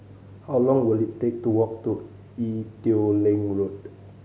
how long will it take to walk to Ee Teow Leng Road